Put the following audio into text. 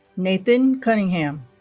nathan cunningham